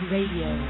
Radio